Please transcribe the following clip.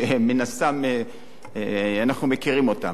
שמן הסתם אנחנו מכירים אותם.